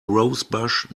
rosebush